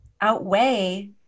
outweigh